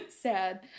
sad